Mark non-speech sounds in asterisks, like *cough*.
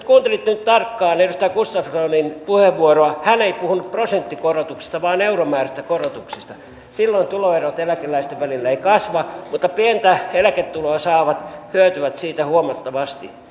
*unintelligible* kuuntelitte nyt tarkkaan edustaja gustafssonin puheenvuoroa hän ei puhunut prosenttikorotuksista vaan euromääräisistä korotuksista silloin tuloerot eläkeläisten välillä eivät kasva mutta pientä eläketuloa saavat hyötyvät siitä huomattavasti